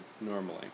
normally